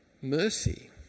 mercy